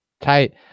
tight